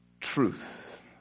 truth